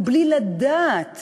ובלי לדעת